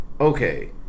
okay